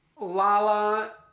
Lala